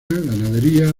ganadería